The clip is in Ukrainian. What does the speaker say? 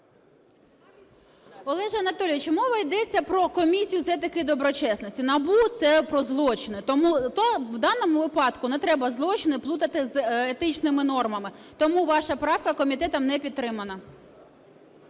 Олеже Анатолійовичу, мова йдеться про Комісію з етики і доброчесності. НАБУ – це про злочини. То в даному випадку не треба злочини плутати з етичними нормами, тому ваша правка комітетом не підтримана.